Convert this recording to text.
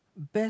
best